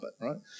right